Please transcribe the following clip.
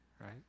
right